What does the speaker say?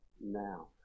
now